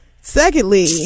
Secondly